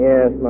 Yes